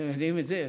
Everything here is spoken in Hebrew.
אתם יודעים את זה,